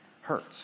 hurts